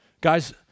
Guys